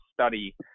study